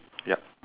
yup